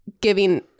giving